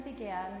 began